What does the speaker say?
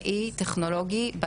להשליט אימה,